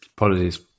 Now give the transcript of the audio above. Apologies